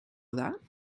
that